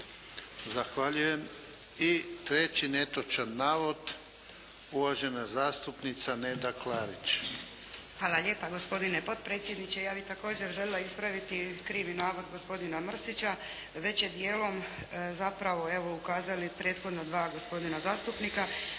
Zahvaljujem. I treći netočan navod. Uvažena zastupnica Neda Klarić. **Klarić, Nedjeljka (HDZ)** Hvala lijepa gospodine potpredsjedniče, ja bih također željela ispraviti krivi navod gospodina Mrsića, već je dijelom, zapravo evo, ukazali prethodno dva gospodina zastupnika,